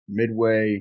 midway